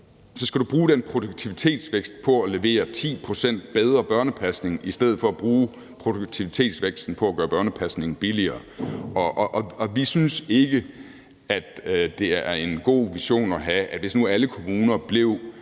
skal du bruge den produktivitetsvækst på at levere 10 pct. bedre børnepasning i stedet for at bruge produktivitetsvæksten på at gøre børnepasningen billigere. Vi synes ikke, det er en god vision at have, at hvis nu alle kommuner blev